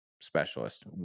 specialist